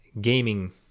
gaming